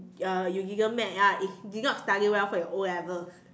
uh you didn't make ah is you did not study well for your o-level